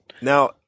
now